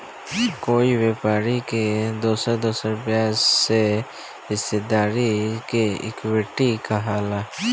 कोई व्यापारी के दोसर दोसर ब्याज में हिस्सेदारी के इक्विटी कहाला